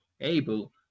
able